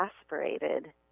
exasperated